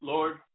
Lord